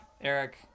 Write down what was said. Eric